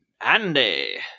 Andy